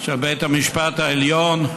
של בית המשפט העליון,